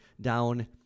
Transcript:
down